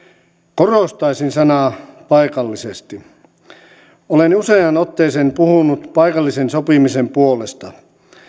korostaisin sanaa paikallisesti olen useaan otteeseen puhunut paikallisen sopimisen puolesta